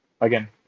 again